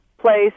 place